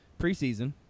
preseason